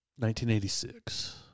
1986